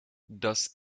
das